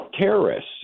terrorists